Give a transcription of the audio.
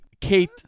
Kate